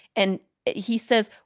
and he says,